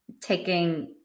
taking